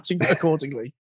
accordingly